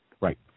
Right